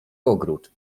ogród